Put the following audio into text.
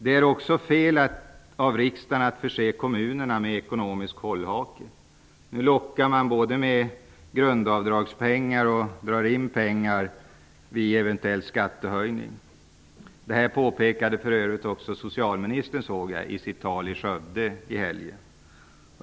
Det är också fel av riksdagen att förse kommunerna med ekonomiska hållhakar. Nu både lockar man med grundavdrag och drar in pengar vid eventuella skattehöjningar. Jag såg för övrigt att också socialministern påpekade detta i sitt tal i Skövde i helgen.